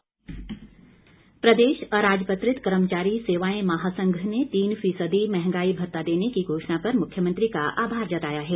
आभार प्रदेश अराजपत्रित कर्मचारी सेवाएं महासंघ ने तीन फीसदी महंगाई भता देने की घोषणा पर मुख्यमंत्री का आभार जताया है